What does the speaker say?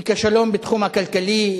היא כישלון בתחום הכלכלי,